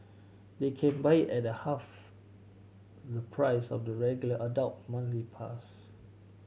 they can buy it at half the price of the regular adult monthly pass